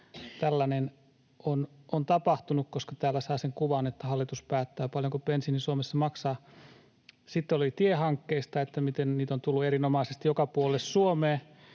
tällainen on tapahtunut, koska täällä saa sen kuvan, että hallitus päättää, paljonko bensiini Suomessa maksaa. Sitten oli tiehankkeista, miten niitä on tullut erinomaisesti joka puolelle Suomeen.